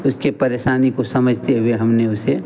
उसकी परेशानी को समझते हुए हमने उसे